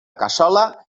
cassola